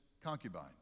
concubine